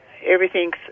Everything's